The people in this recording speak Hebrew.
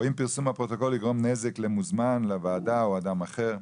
או אם פרסום הפרוטוקול יגרום נזק למוזמן לוועדה או לאדם אחר.